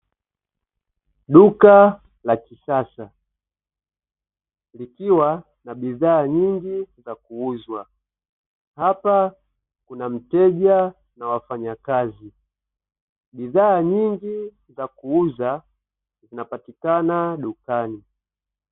Duka la kisasa likiwa na bidhaa nyingi za kuuzwa, hapa kuna mteja na wafanyakazi. Bidhaa nyingi za kuuza, zinapatikana dukani.